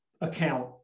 account